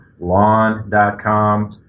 lawn.com